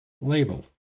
Label